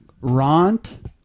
Rant